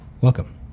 welcome